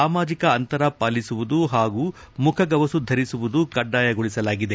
ಸಾಮಾಜಿಕ ಅಂತರ ಪಾಲಿಸುವುದು ಹಾಗೂ ಮುಖಗವಸು ಧರಿಸುವುದು ಕಡ್ಡಾಯಗೊಳಿಸಲಾಗಿದೆ